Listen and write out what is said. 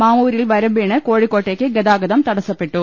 മാവൂരിൽ മരം വീണ് കോഴിക്കോട്ടേക്ക് ഗതാഗതം തടസ്സപ്പെട്ടു